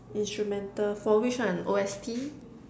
instrumental for which one O_S_T